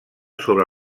sobre